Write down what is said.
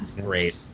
Great